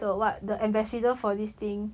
the what the ambassador for this thing